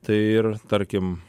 tai ir tarkim